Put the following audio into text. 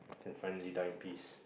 can finally die in peace